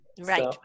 right